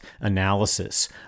analysis